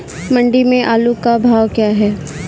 मंडी में आलू का भाव क्या है?